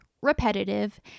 repetitive